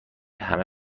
همه